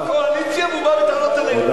הוא בקואליציה והוא בא בטענות אלינו.